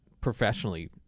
professionally